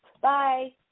Bye